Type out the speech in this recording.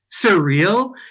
surreal